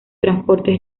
transportes